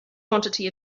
quantity